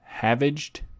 Havaged